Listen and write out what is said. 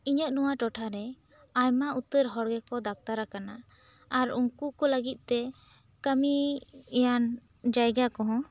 ᱤᱧᱟᱹᱜ ᱱᱚᱣᱟ ᱴᱚᱴᱷᱟ ᱨᱮ ᱟᱭᱢᱟ ᱩᱛᱟᱹᱨ ᱦᱚᱲ ᱜᱮ ᱠᱚ ᱰᱟᱠᱴᱟᱨ ᱟᱠᱟᱱᱟ ᱟᱨ ᱩᱱᱠᱩ ᱠᱚ ᱞᱟᱹᱜᱤᱫ ᱛᱮ ᱠᱟᱹᱢᱤᱭᱟᱱ ᱡᱟᱭᱜᱟ ᱠᱚᱦᱚᱸ